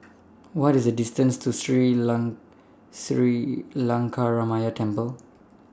What IS The distance to Sri Long Sri Lankaramaya Temple